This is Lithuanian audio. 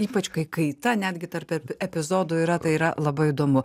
ypač kai kaita netgi tarp epi epizodų yra tai yra labai įdomu